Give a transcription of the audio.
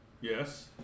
Yes